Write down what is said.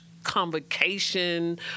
convocation